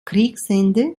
kriegsende